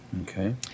Okay